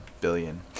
billion